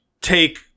take